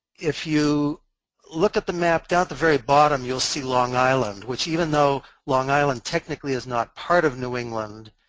if you look at the map, down at the very bottom, you'll see long island which even though long island technically is not part of new england,